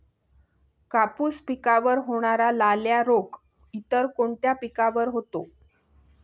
कापूस पिकावर होणारा लाल्या रोग इतर कोणत्या पिकावर होतो?